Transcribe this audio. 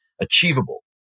achievable